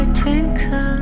twinkle